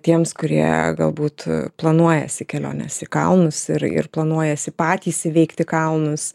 tiems kurie galbūt planuojasi keliones į kalnus ir ir planuojasi patys įveikti kalnus